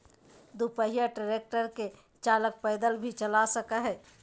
दू पहिया ट्रेक्टर के चालक पैदल भी चला सक हई